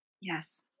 Yes